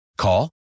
Call